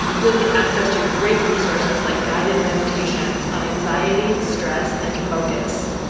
you'll get access to great resources like guided meditations on anxiety, stress, and focus.